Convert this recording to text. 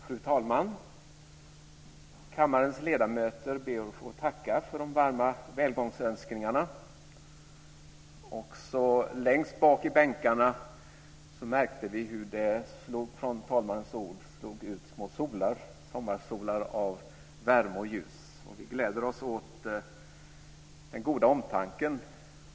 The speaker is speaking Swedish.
Fru talman! Kammarens ledamöter ber att få tacka för de varma välgångsönskningarna. Också längst bak i bänkarna märkte vi hur det från talmannens ord slog ut små sommarsolar av värme och ljus. Vi gläder oss åt den goda omtanken.